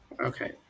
okay